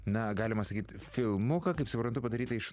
na galima sakyt filmuką kaip suprantu padarytą iš